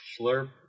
Slurp